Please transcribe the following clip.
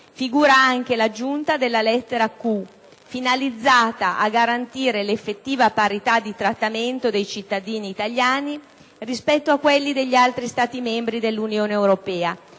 figura anche l'aggiunta della lettera *q)*, finalizzata a garantire l'effettiva parità di trattamento dei cittadini italiani rispetto a quelli degli altri Stati membri dell'Unione europea,